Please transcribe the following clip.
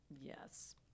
Yes